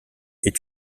est